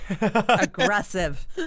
Aggressive